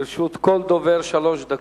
לרשות כל דובר שלוש דקות.